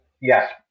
Yes